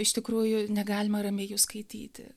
iš tikrųjų negalima ramiai jų skaityti